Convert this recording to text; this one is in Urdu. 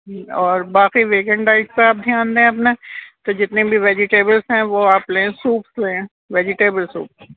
اور باقی وییکن ڈائٹ کا آپ دھیان دیں اپنا تو جتنے بھی ویجیٹیبلس ہیں وہ آپ لیں سوپس لیں ویجیٹیبل سوپ